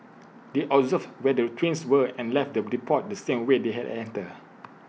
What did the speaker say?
they observed where the trains were and left the depot the same way they had entered